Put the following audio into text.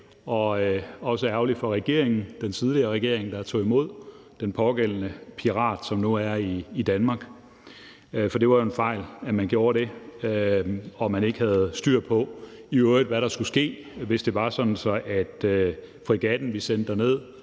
og også ærgerligt for den tidligere regering, der tog imod den pågældende pirat, som nu er i Danmark, for det var en fejl, at man gjorde det, og at man ikke i øvrigt havde styr på, hvad der skulle ske, hvis det var sådan, at fregatten, vi sendte derned,